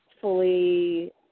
fully